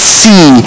see